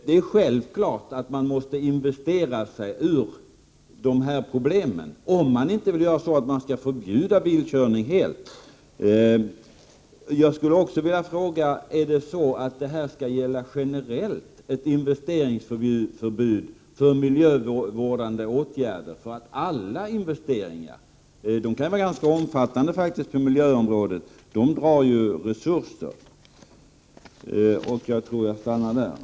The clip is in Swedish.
Det är självklart att man måste investera sig ur dessa problem om man inte skall förbjuda bilkörning helt! Jag vill också fråga: Skall vi ha ett generellt investeringsförbud för miljövårdsåtgärder? Alla investeringar drar ju resurser, och investeringarna på miljöområdet kan vara ganska omfattande!